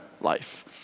life